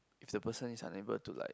if the person is unable to like